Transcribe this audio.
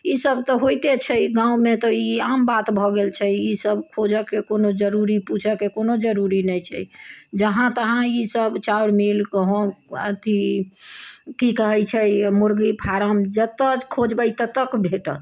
ई सभ तऽ होइते छै गाउँ मे तऽ ई आम बात भऽ गेल छै ई सभ खोजऽ के कोनो पूछऽ के कोनो जरूरी नहि छै जहाँ तहाँ ई सभ चाउर मील गहूॅंम अथि की कहै छै मुर्गी फारम जतऽ खोजबै ततऽ भेटत